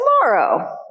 tomorrow